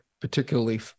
particularly